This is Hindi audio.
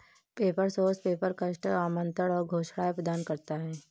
पेपर सोर्स पेपर, कस्टम आमंत्रण और घोषणाएं प्रदान करता है